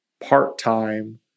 part-time